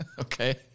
Okay